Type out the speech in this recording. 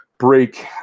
break